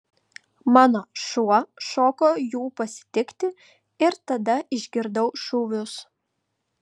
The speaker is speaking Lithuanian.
mano šuo šoko jų pasitikti ir tada išgirdau šūvius